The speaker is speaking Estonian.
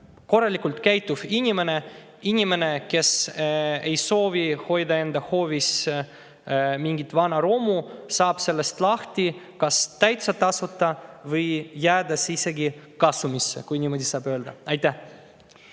korralikult käituv inimene, kes ei soovi hoida enda hoovis mingit vana romu, saab sellest lahti kas täitsa tasuta või jäädes isegi kasumisse, kui niimoodi saab öelda. Aitäh!